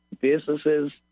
businesses